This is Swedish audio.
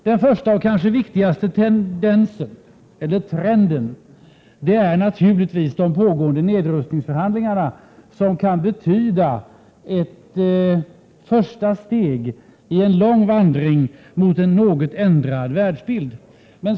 Den första och kanske viktigaste trenden är naturligtvis de pågående nedrustningsförhandlingarna, som kan betyda ett första steg i en lång vandring mot en något ändrad världsbild.